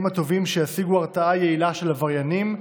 הטובים שישיגו הרתעה יעילה של עבריינים,